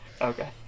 okay